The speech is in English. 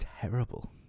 terrible